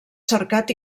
cercat